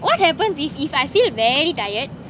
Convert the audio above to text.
what happens if if I feel very tired